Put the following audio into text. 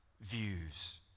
views